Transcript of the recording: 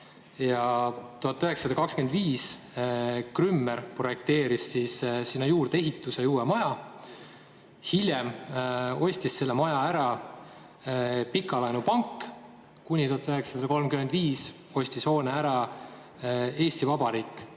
1925 Krümmer projekteeris siis sinna juurdeehituse ja uue maja. Hiljem ostis selle maja ära Pikalaenu Pank, kuni 1935 ostis hoone ära Eesti Vabariik